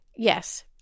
Yes